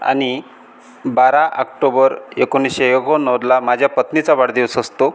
आणि बारा आक्टोबर एकोणीसशे एकोणनव्वदला माझ्या पत्नीचा वाढदिवस असतो